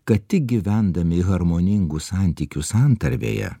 kad tik gyvendami harmoningų santykių santarvėje